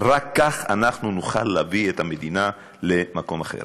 רק כך אנחנו נוכל להביא את המדינה למקום אחר.